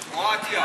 קרואטיה.